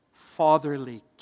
Fatherly